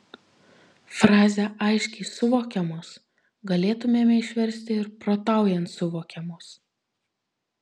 frazę aiškiai suvokiamos galėtumėme išversti ir protaujant suvokiamos